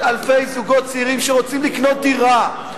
אלפי זוגות צעירים שרוצים לקנות דירה,